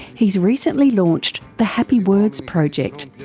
he's recently launched the happy words project,